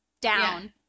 Down